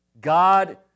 God